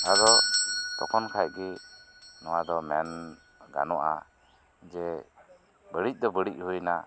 ᱟᱫᱚ ᱛᱚᱠᱷᱚᱱ ᱠᱷᱟᱡ ᱜᱮ ᱱᱚᱣᱟ ᱫᱚ ᱢᱮᱱ ᱜᱟᱱᱚᱜᱼᱟ ᱡᱮ ᱵᱟᱹᱲᱤᱡ ᱫᱚ ᱵᱟᱹᱲᱤᱡ ᱦᱩᱭᱮᱱᱟ